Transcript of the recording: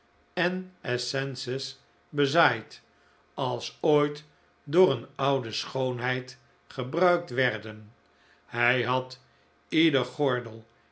en essences bezaaid als ooit door een oude schoonheid gebruikt werden hij had iederen gordel